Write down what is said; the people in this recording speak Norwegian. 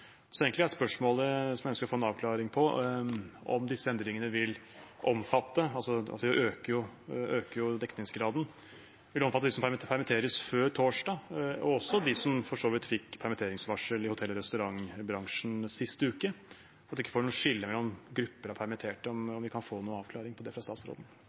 Spørsmålet jeg ønsker å få en avklaring på, er om disse endringene vil omfatte dem som permitteres før torsdag, vi øker jo dekningsgraden, og også dem som fikk permitteringsvarsel i hotell- og restaurantbransjen sist uke – at vi ikke får noe skille mellom grupper av permitterte. Kan vi få en avklaring på det av statsråden?